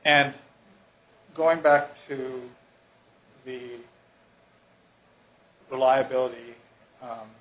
and going back to the liability